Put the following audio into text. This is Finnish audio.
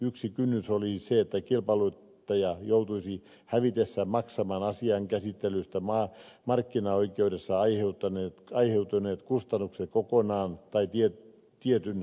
yksi kynnys olisi se että kilpailuttaja joutuisi hävitessään maksamaan asian käsittelystä markkinaoikeudessa aiheutuneet kustannukset kokonaan tai tietyn vähimmäismäärän mukaisesti